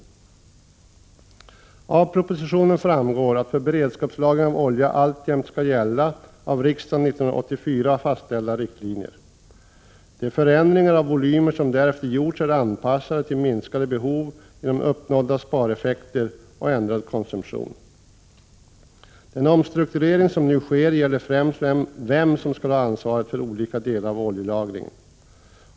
83 Av propositionen framgår att för beredskapslagring av olja alltjämt skall gälla av riksdagen 1984 fastställda riktlinjer. De förändringar av volymer som därefter gjorts är anpassade till minskade behov genom uppnådda spareffekter och ändrad konsumtion. Den omstrukturering som nu sker gäller främst vem som skall ha ansvaret för olika delar av oljelagringen.